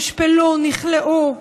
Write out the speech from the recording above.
הושפלו, נכלאו.